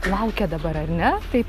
laukia dabar ar ne taip